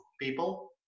people